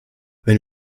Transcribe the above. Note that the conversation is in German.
wenn